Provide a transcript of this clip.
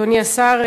אדוני השר,